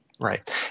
right